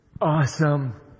awesome